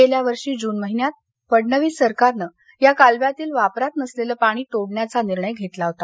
गेल्या वर्षी जून महिन्यात फडणवीस सरकारनं या कालव्यातील वापरात नसलेलं पाणी तोडण्याचा निर्णय घेतला होता